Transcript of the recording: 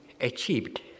achieved